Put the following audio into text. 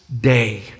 day